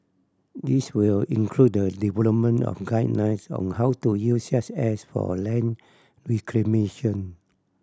this will include the development of guidelines on how to use such ash for a land reclamation